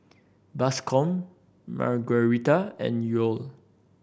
Bascom Margueritta and Yoel